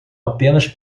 apenas